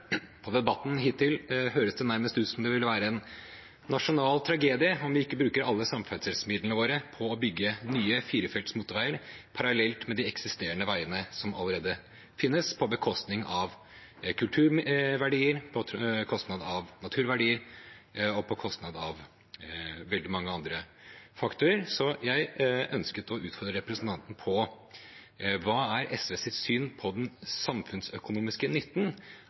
På debatten hittil høres det nærmest ut som at det vil være en nasjonal tragedie om vi ikke bruker alle samferdselsmidlene våre på å bygge nye firefelts motorveier parallelt med de veiene som allerede finnes, på bekostning av kulturverdier, på bekostning av naturverdier og veldig mange andre faktorer. Jeg ønsker å utfordre representanten: Hva er SVs syn på den samfunnsøkonomiske nytten